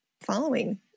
following